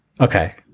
Okay